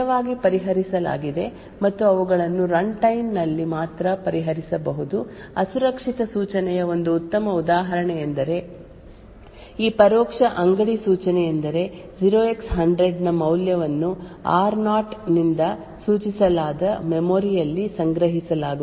ಸ್ಥಿರವಾಗಿ ಪರಿಹರಿಸಲಾಗಿದೆ ಮತ್ತು ಅವುಗಳನ್ನು ರನ್ಟೈಮ್ ನಲ್ಲಿ ಮಾತ್ರ ಪರಿಹರಿಸಬಹುದು ಅಸುರಕ್ಷಿತ ಸೂಚನೆಯ ಒಂದು ಉತ್ತಮ ಉದಾಹರಣೆಯೆಂದರೆ ಈ ಪರೋಕ್ಷ ಅಂಗಡಿ ಸೂಚನೆಯೆಂದರೆ 0x100 ನ ಮೌಲ್ಯವನ್ನು r ನೋಟ್ ನಿಂದ ಸೂಚಿಸಲಾದ ಮೆಮೊರಿ ಯಲ್ಲಿ ಸಂಗ್ರಹಿಸಲಾಗುತ್ತದೆ ಆದ್ದರಿಂದ r nough ನಲ್ಲಿ ಕೆಲವು ವಿಳಾಸಗಳನ್ನು ಸಂಗ್ರಹಿಸಲಾಗಿದೆ ಮತ್ತು ಅದಕ್ಕೆ ಅನುಗುಣವಾದ ವಿಳಾಸ 0x100 ಮೌಲ್ಯವನ್ನು ಸಂಗ್ರಹಿಸಲಾಗಿದೆ